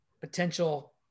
potential